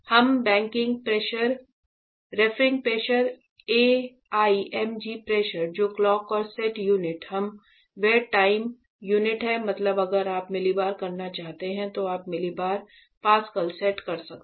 हम banking pressure roughing pressure AIMG pressure जो clock और सेट यूनिट वह टाइम यूनिट है मतलब अगर आप मिलीबार करना चाहते हैं तो आप मिलीबार पास्कल सेट कर सकते हैं